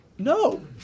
No